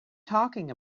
talking